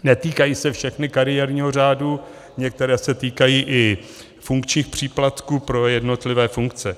Netýkají se všechny kariérního řádu, některé se týkají i funkčních příplatků pro jednotlivé funkce.